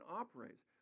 operates